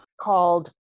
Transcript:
Called